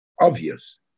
obvious